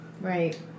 Right